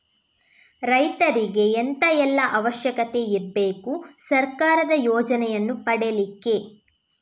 ರೈತರಿಗೆ ಎಂತ ಎಲ್ಲಾ ಅವಶ್ಯಕತೆ ಇರ್ಬೇಕು ಸರ್ಕಾರದ ಯೋಜನೆಯನ್ನು ಪಡೆಲಿಕ್ಕೆ?